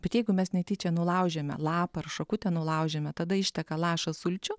bet jeigu mes netyčia nulaužiame lapą ar šakutę nulaužiame tada išteka lašas sulčių